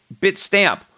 Bitstamp